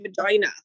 vagina